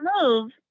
move